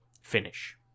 finish